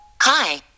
Hi